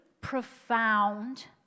profound